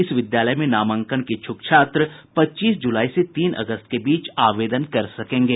इस विद्यालय में नामांकन के इच्छुक छात्र पच्चीस जुलाई से तीन अगस्त के बीच आवेदन कर सकेंगे